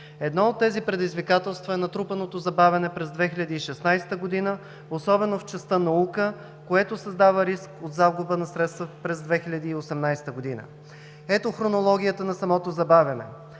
Едно от тези предизвикателства е натрупаното забавяне през 2016 г., особено в частта „Наука“, което създава риск от загуба на средства през 2018 г. Ето хронологията на самото забавяне: